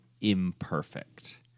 imperfect